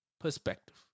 perspective